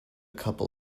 couple